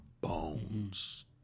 bones